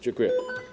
Dziękuję.